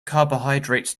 carbohydrate